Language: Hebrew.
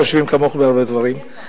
חושבים כמוך בהרבה דברים.